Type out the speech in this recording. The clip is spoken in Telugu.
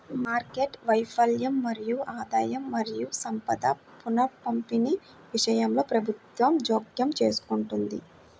మార్కెట్ వైఫల్యం మరియు ఆదాయం మరియు సంపద పునఃపంపిణీ విషయంలో ప్రభుత్వం జోక్యం చేసుకుంటుంది